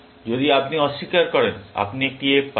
যদি আপনি অস্বীকার করেন আপনি একটি F পাবেন